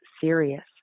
serious